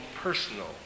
personal